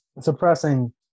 suppressing